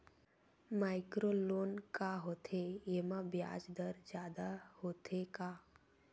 Micro loan का होथे येमा ब्याज दर जादा होथे का?